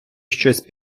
щось